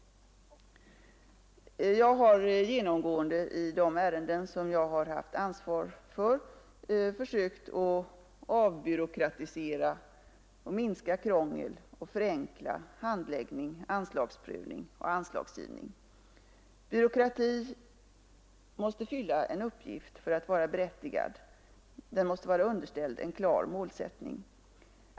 Jag har genomgående i de ärenden jag har haft ansvar för försökt att avbyråkratisera och minska krångel, förenkla handläggning, anslagsprövning och anslagsgivning. Byråkrati måste fylla en uppgift för att vara berättigad. Den måste vara underställd en klar målsättning.